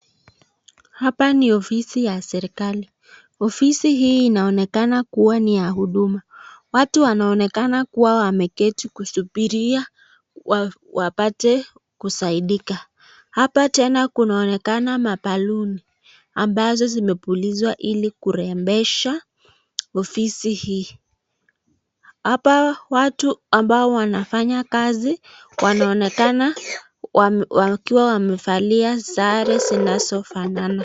Hapa ni ofisi ya serikali. Ofisi hii inaonekana kuwa ni ya huduma. Watu wanaonekana kuwa wameketi kusubiria wapate kusaidika. Hapa tena kunaonekana maballon ambazo zimepulizwa ili kurembesha ofisi hii. Hapa watu ambao wanafanya kazi wanaonekana wakiwa wamevalia sare zinazofanana.